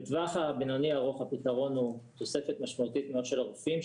בטווח הבינוני-ארוך הפתרון הוא תוספת משמעותית של מאוד רופאים,